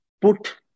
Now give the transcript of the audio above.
put